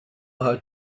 her